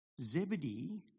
Zebedee